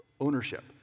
ownership